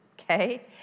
Okay